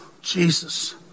Jesus